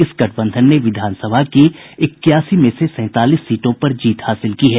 इस गठबंधन ने विधानसभा की इक्यासी में से सैंतालीस सीटों पर जीत हासिल की है